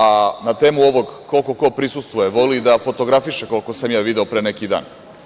A na temu ovog koliko ko prisustvuje, voli da fotografiše, koliko sam ja video pre neki dan.